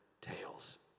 tales